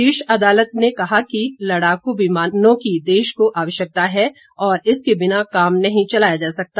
शीर्ष न्यायालय ने कहा कि लड़ाकू विमानों की देश को आवश्यकता है और इनके बिना काम नहीं चलाया जा सकता